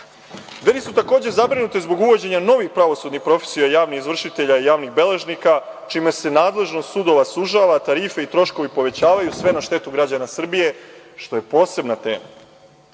su takođe zabrinute zbog uvođenja novih pravosudnih profesija javnih izvršitelja, javnih beležnika, čime se nadležnost sudova sužava, tarife i troškovi povećavaju, sve na štetu građana Srbije, što je posebna